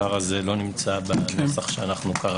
ודאי, בזה אנחנו תמימי